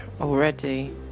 already